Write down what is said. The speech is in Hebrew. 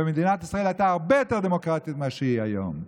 ומדינת ישראל הייתה הרבה יותר דמוקרטית ממה שהיא היום.